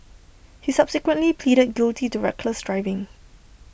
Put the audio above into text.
he subsequently pleaded guilty to reckless driving